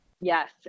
Yes